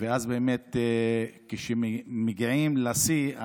ואז כשמגיעים לשיא,